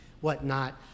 whatnot